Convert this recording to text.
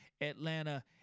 Atlanta